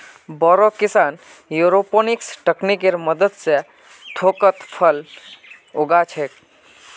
बोरो किसान एयरोपोनिक्स तकनीकेर मदद स थोकोत फल उगा छोक